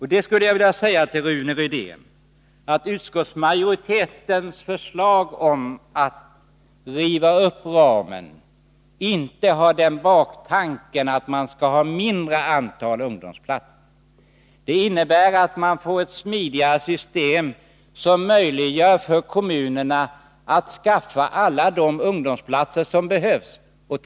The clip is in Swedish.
Jag skulle också vilja säga till Rune Rydén att utskottsmajoritetens förslag om att riva upp ramen inte har den baktanken att man skall ha ett mindre antal ungdomsplatser. Man får ett smidigare system, som möjliggör för kommunerna att skaffa alla de ungdomplatser som behövs.